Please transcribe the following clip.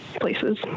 places